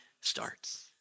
starts